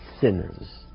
sinners